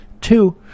Two